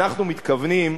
אנחנו מתכוונים,